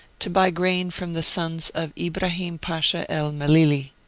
to buy grain from the sons of ibrahim pasha el-mellili.